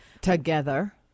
Together